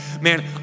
Man